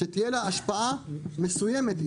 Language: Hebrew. שתהיה לה השפעה מסוימת.